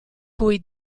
cui